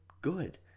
good